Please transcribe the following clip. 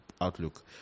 outlook